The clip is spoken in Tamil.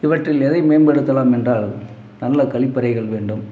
இவற்றில் எதை மேம்படுத்தலாம் என்றால் நல்ல கழிப்பறைகள் வேண்டும்